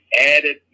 added